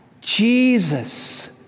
Jesus